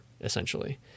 essentially